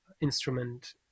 instrument